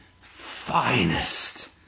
finest